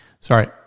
sorry